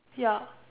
ya